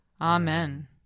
Amen